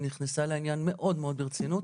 היא נכנסה לעניין מאוד ברצינות.